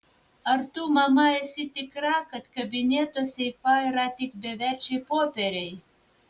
ar tu mama esi tikra kad kabineto seife yra tik beverčiai popieriai